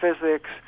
physics